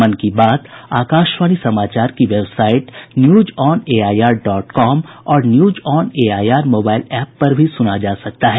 मन की बात आकाशवाणी समाचार की वेबसाइट न्यूजऑनएआईआर डॉट कॉम और न्यूजऑनएआईआर मोबाईल एप पर भी सुना जा सकता है